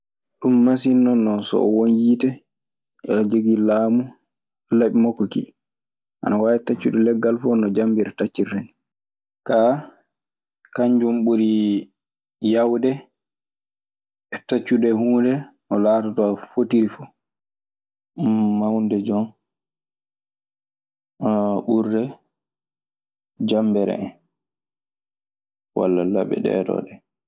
Ɗum masin non so won yiite omo jogii laamu, laɓi mokko kii ana taccude leggal fuu; hono no jammbere taccirta nii. Kaa, kannjum ɓuri yaawde e taccude huunde no fotiri fuu mawnde jon haa ɓurde jambere en walla laɓe ɗeeɗoo ɗe.